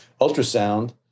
ultrasound